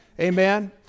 Amen